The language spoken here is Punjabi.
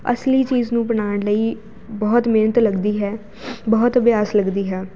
ਅਸਲੀ ਚੀਜ਼ ਨੂੰ ਬਣਾਉਣ ਲਈ ਬਹੁਤ ਮਿਹਨਤ ਲੱਗਦੀ ਹੈ ਬਹੁਤ ਅਭਿਆਸ ਲੱਗਦੀ ਹੈ